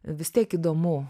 vis tiek įdomu